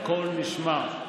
הכול נשמע,